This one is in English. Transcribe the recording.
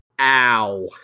ow